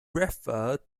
referred